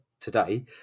today